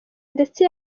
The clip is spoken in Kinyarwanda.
ndetse